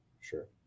Sure